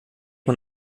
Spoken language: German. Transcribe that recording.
man